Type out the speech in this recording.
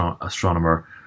astronomer